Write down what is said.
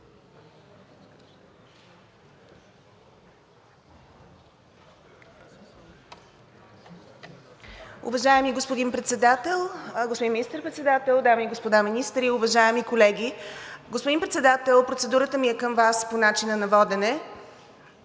Уважаеми господин Председател, господин Министър-председател, дами и господа министри, уважаеми колеги! Господин Председател, процедурата ми е към Вас по начина на водене.